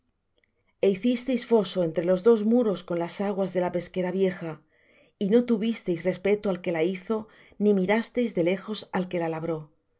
el muro e hicisteis foso entre los dos muros con las aguas de la pesquera vieja y no tuvisteis respeto al que la hizo ni mirasteis de lejos al que la labró